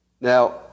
Now